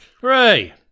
Hooray